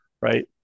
Right